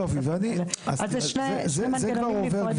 זה שני מנגנונים נפרדים.